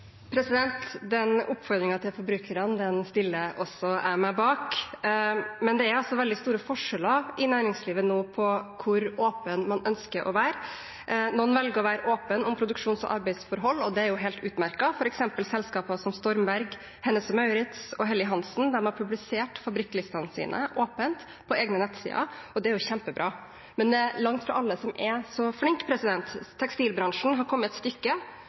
Den oppfordringen til forbrukerne stiller også jeg meg bak. Men det er nå veldig store forskjeller i næringslivet på hvor åpen man ønsker å være. Noen velger å være åpne om produksjons- og arbeidsforhold, og det er helt utmerket. For eksempel selskaper som Stormberg, Hennes & Mauritz og Helly Hansen har publisert fabrikklistene sine åpent på egne nettsider, og det er kjempebra. Men det er langt fra alle som er så flinke. Tekstilbransjen har kommet et stykke